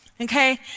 Okay